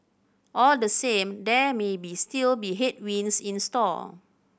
all the same there maybe still be headwinds in store